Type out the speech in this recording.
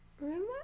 Remember